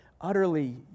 utterly